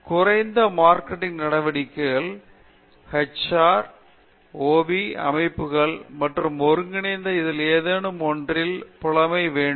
குறைந்தது மார்க்கெட்டிங் நடவடிக்கைகள் நிதி ஹச் ஆர் ஒ வீ அமைப்புகள் மற்றும் ஒருங்கிணைந்த இதில் ஏதேனும் மூன்றில் புலமை வேண்டும்